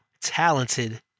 talented